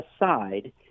aside